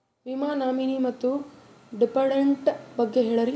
ವಿಮಾ ನಾಮಿನಿ ಮತ್ತು ಡಿಪೆಂಡಂಟ ಬಗ್ಗೆ ಹೇಳರಿ?